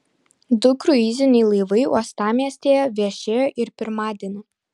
du kruiziniai laivai uostamiestyje viešėjo ir pirmadienį